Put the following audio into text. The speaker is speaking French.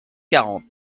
quarante